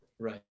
Right